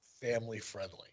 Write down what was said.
family-friendly